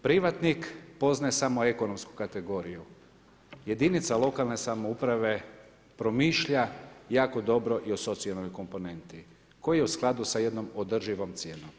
Privatnik poznaje samo ekonomsku kategoriju, jedinica lokalne samouprave promišlja jako dobro i o socijalnoj komponenti koji je u skladu sa jednom održivom cijenom.